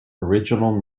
original